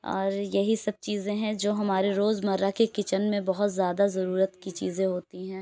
اور یہی سب چیزیں ہیں جو ہمارے روز مرّہ كی كچن میں بہت زیادہ ضرورت کی چیزیں ہوتی ہیں